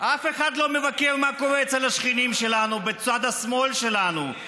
אף אחד לא מבקר מה קורה אצל השכנים שלנו בצד השמאל שלנו,